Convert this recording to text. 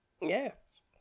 Yes